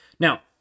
Now